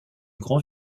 grand